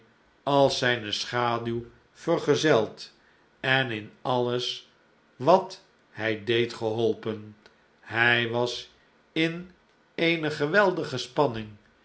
als zijne schaduw vergezeld en in alles wat hij deed geholpen hij was in eene geweldige spanning